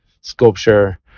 sculpture